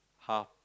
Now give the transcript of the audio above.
half